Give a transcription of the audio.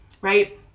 right